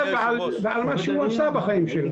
--- ועל מה שהוא עשה בחיים שלו.